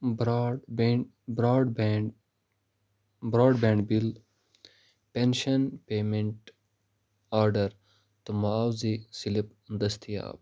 broadband broadband broadband bill pension payment order تہٕ معاوضی slip دستیاب